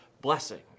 blessing